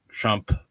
Trump